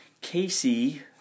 Casey